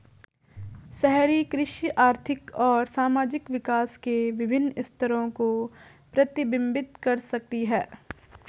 शहरी कृषि आर्थिक और सामाजिक विकास के विभिन्न स्तरों को प्रतिबिंबित कर सकती है